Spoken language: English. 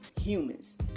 humans